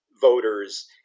voters